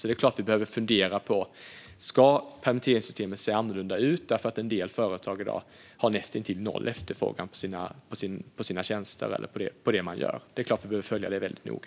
Det är klart att vi behöver fundera över om permitteringssystemet ska se annorlunda därför att en del företag i dag har näst intill noll efterfrågan på sina tjänster eller vad de producerar. Det är klart att vi måste följa detta noga.